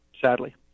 Sadly